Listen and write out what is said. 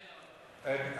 כן,